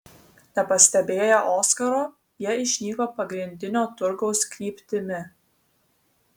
nepastebėję oskaro jie išnyko pagrindinio turgaus kryptimi